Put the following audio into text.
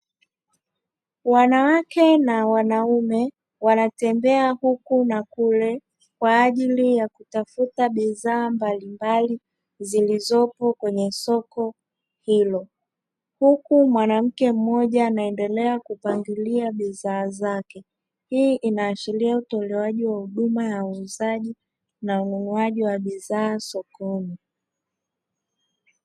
Wanawake na wanaume wanatembea huku na kule kwa ajili ya kutafuta bidhaa mbalimbali zilizopo kwenye soko hilo, huku mwanamke mmoja anaendelea kupangilia bidhaa zake. Hii inaashiria utolewaji wa huduma ya uuzaji na ununuaji wa bidhaa sokoni.